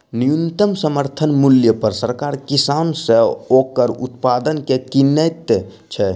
न्यूनतम समर्थन मूल्य पर सरकार किसान सॅ ओकर उत्पाद के किनैत छै